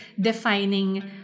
defining